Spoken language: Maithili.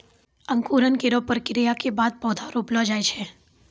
अंकुरन केरो प्रक्रिया क बाद पौधा रोपलो जाय छै